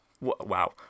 Wow